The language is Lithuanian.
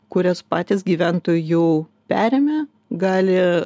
kurias patys gyventojai jau perėmę gali